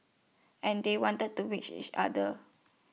and they wanted to wish each other